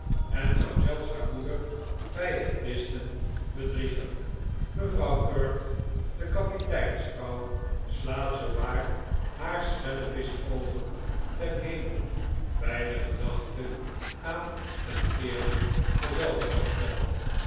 en zou zelfs haar moeder bij het whisten bedriegen mevrouw kirk de kapiteinsvrouw slaat zoowaar haar schelvischoogen ten hemel bij de gedachte aan een eerlijk